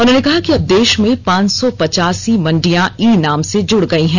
उन्होंने कहा कि अब देश में पांच सौ पचासी मंडिया ई नाम से जुड़ गयी हैं